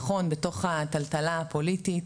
נכון בתוך הטלטלה הפוליטית,